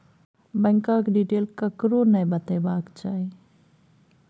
बैंकक डिटेल ककरो नहि बतेबाक चाही